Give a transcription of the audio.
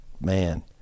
man